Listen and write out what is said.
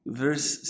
verse